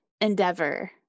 endeavor